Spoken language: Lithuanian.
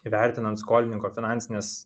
įvertinant skolininko finansines